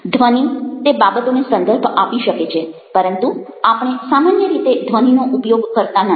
ધ્વનિ તે બાબતોને સંદર્ભ આપી શકે છે પરંતુ આપણે સામાન્ય રીતે ધ્વનિનો ઉપયોગ કરતા નથી